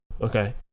Okay